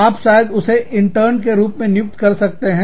आप शायद उसे इंटर्न के रूप में नियुक्त कर सकते हैं